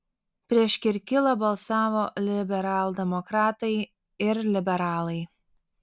prieš kirkilą balsavo liberaldemokratai ir liberalai